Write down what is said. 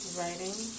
Writing